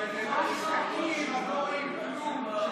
כשלא מסתכלים אז לא רואים כלום.